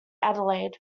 adelaide